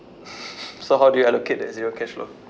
so how do you allocate that zero cash flow